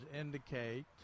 indicate